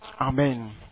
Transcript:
Amen